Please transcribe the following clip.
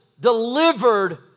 delivered